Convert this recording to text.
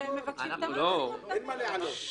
אין מה להעלות.